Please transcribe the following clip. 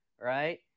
right